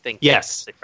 yes